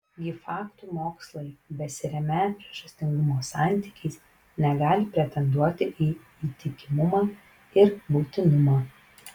gi faktų mokslai besiremią priežastingumo santykiais negali pretenduoti į įtikimumą ir būtinumą